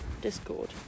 discord